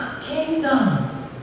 kingdom